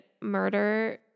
murder